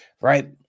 right